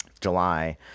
July